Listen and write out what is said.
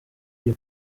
iyo